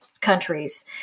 countries